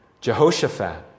Jehoshaphat